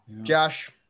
Josh